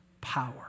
power